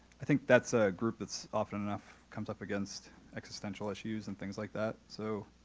i think that's a group that's often enough comes up against existential issues and things like that. so,